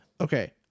Okay